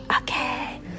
Okay